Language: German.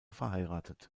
verheiratet